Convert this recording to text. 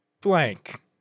blank